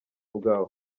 bwawe